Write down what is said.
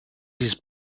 his